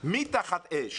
מי תחת אש?